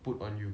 put on you